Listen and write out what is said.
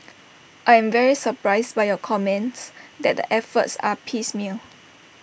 I am very surprised by your comments that the efforts are piecemeal